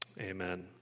Amen